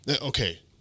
Okay